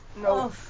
No